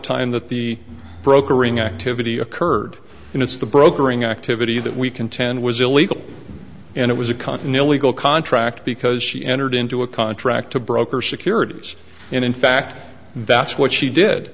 time that the brokering activity occurred and it's the brokering activity that we contend was illegal and it was a continental legal contract because she entered into a contract to broker securities and in fact that's what she did